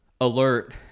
alert